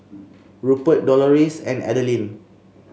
Rupert Dolores and Adelyn